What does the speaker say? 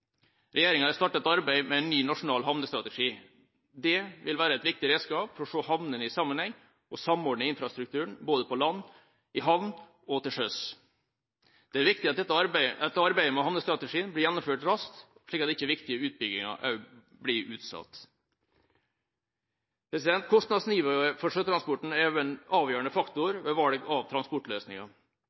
Regjeringa har startet arbeidet med en ny nasjonal havnestrategi. Det vil være et viktig redskap for å se havnene i sammenheng og samordne infrastrukturen både på land, i havn og til sjøs. Det er viktig at arbeidet med havnestrategien blir gjennomført raskt, slik at ikke viktige utbygginger blir utsatt. Kostnadsnivået for sjøtransporten er en avgjørende faktor ved valg av transportløsninger.